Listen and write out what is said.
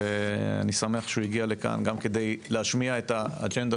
אני שמח שהוא הגיע לכאן גם כדי להשמיע את האג'נדה